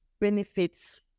benefits